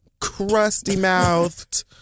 crusty-mouthed